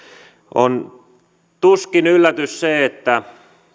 on tuskin yllätys se että